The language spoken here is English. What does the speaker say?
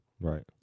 Right